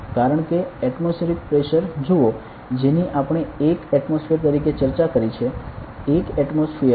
કારણ કે atmospheric pressure જુઓ જેની આપણે 1 એટમોસફીયર તરીકે ચર્ચા કરી છે 1 એટમોસફીયર